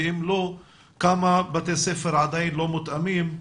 ואם לא, כמה בתי ספר עדיין לא מותאמים?